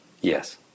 yes